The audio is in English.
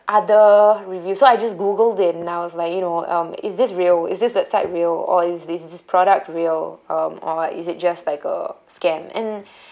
other reviews so I just googled it and I was like you know um is this real is this website real or is this this product real um or like is it just like a scam and